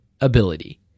ability